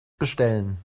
bestellen